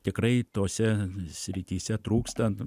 tikrai tose srityse trūkstant